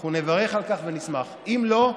אנחנו נברך על כך ונשמח, אם לא,